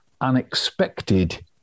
Unexpected